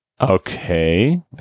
Okay